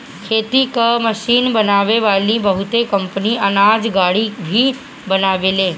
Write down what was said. खेती कअ मशीन बनावे वाली बहुत कंपनी अनाज गाड़ी भी बनावेले